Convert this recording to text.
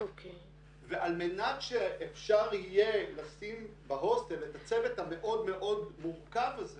ועל מנת שאפשר יהיה לשים בהוסטל את הצוות המאוד מאוד מורכב הזה